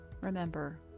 Remember